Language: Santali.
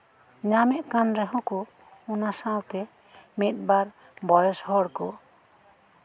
ᱧᱟᱢᱮᱫ ᱠᱟᱱ ᱨᱮᱦᱚᱸ ᱠᱚ ᱚᱱᱟ ᱥᱟᱶᱛᱮ ᱢᱤᱫᱼᱵᱟᱨ ᱵᱚᱭᱚᱥ ᱦᱚᱲ ᱠᱚ